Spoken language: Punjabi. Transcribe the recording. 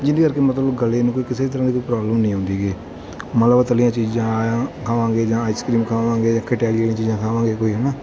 ਜਿਹਦੇ ਕਰਕੇ ਮਤਲਬ ਗਲੇ ਨੂੰ ਕੋਈ ਕਿਸੇ ਤਰ੍ਹਾਂ ਦੀ ਕੋਈ ਪ੍ਰੋਬਲਮ ਨਹੀਂ ਆਉਂਦੀ ਹੈਗੀ ਮਤਲਬ ਤਲੀਆਂ ਚੀਜ਼ਾਂ ਖਾਵਾਂਗੇ ਜਾਂ ਆਈਸਕ੍ਰੀਮ ਖਾਵਾਂਗੇ ਜਾਂ ਖਟਿਆਈ ਵਾਲੀਆ ਚੀਜ਼ਾਂ ਖਾਵਾਂਗੇ ਕੋਈ ਹੈ ਨਾ